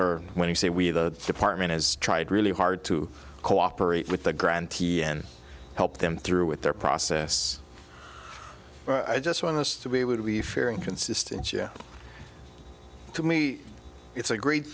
really when you say we the department has tried really hard to cooperate with the grantee and help them through with their process but i just want us to be able to be fair and consistent yeah to me it's a great